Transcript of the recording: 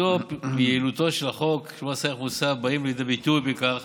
פשטותו ויעילותו של החוק של מס ערך מוסף באים לידי ביטוי בכך